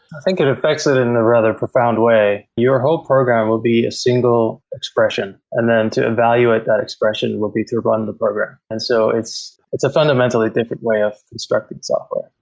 i think it affects it in a rather profound way. your whole program will be a single expression, and then to evaluate that expression will be to run the program. and so it's it's a fundamentally different way of instructing software.